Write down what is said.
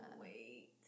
Wait